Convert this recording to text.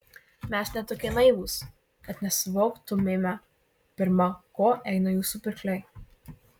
mes ne tokie naivūs kad nesuvoktumėme pirma ko eina jūsų pirkliai